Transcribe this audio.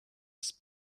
has